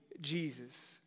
Jesus